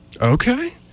Okay